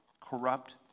corrupt